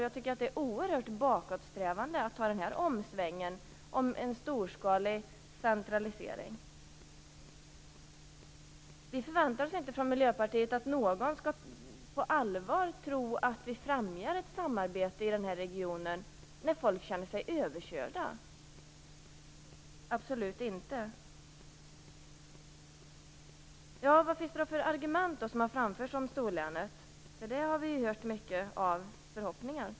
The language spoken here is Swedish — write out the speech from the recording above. Jag tycker att det är oerhört bakåtsträvande att ta den här omsvängen om en storskalig centralisering. Vi förväntar oss inte från Miljöpartiet att någon på allvar skall tro att vi främjar ett samarbete i den här regionen när folk känner sig överkörda. Absolut inte. Vad har det då framförts för argument om storlänet? Vi har hört mycket av förhoppningar.